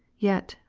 yet,